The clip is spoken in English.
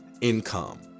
Income